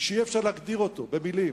שאי-אפשר להגדיר במלים.